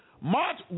march